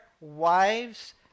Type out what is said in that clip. wives